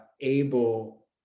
able